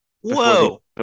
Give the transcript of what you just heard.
Whoa